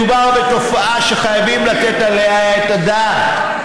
מדובר בתופעה שחייבים לתת עליה את הדעת,